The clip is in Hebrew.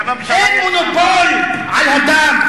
אין מונופול על הדם,